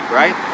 right